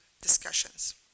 discussions